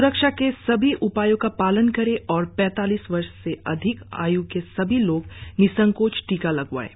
स्रक्षा के सभी उपायों का पालन करें और पैतालीस वर्ष से अधिक आय् के सभी लोग निसंकोच टीका लगवाएं